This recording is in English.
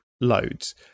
loads